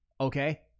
okay